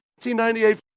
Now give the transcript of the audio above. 1998